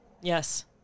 yes